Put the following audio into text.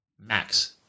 Max